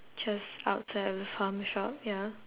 just outside of the farm shop ya